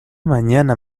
mañana